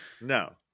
No